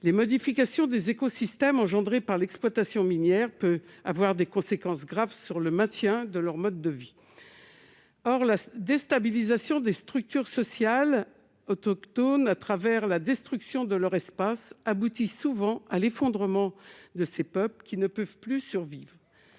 Les modifications des écosystèmes engendrées par l'exploitation minière peuvent avoir des conséquences graves pour le maintien de leur mode de vie. Or la déstabilisation des structures sociales autochtones, à travers la destruction de leur espace de vie, aboutit souvent à l'effondrement de ces peuples, qui ne peuvent plus survivre.